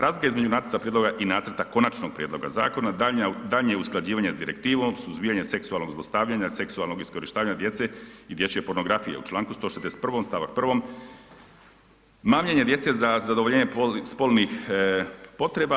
Razlika između nacrta prijedloga i nacrta konačnog prijedloga zakona daljnje je usklađivanje s Direktivom suzbijanja seksualnog zlostavljanja, seksualnog iskorištavanja djece i dječje pornografije u članku 161. stavak 1., mamljenje djece za zadovoljenje spolnih potreba.